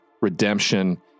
redemption